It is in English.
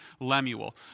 Lemuel